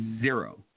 Zero